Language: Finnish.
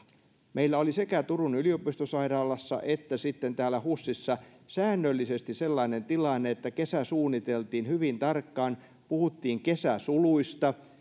meillä oli sekä turun yliopistosairaalassa että sitten täällä husissa säännöllisesti sellainen tilanne että kesä suunniteltiin hyvin tarkkaan puhuttiin kesäsuluista